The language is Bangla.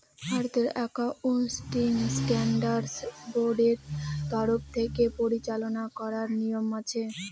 ভারতের একাউন্টিং স্ট্যান্ডার্ড বোর্ডের তরফ থেকে পরিচালনা করার নিয়ম আছে